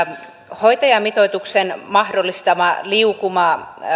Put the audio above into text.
hoitajamitoituksen mahdollistama liukuma